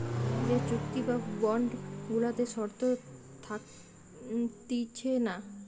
যে চুক্তি বা বন্ড গুলাতে শর্ত থাকতিছে না